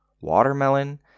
watermelon